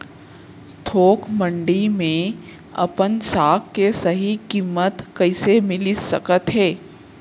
थोक मंडी में अपन साग के सही किम्मत कइसे मिलिस सकत हे?